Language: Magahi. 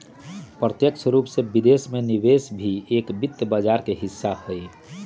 प्रत्यक्ष रूप से विदेश में निवेश भी एक वित्त बाजार के हिस्सा हई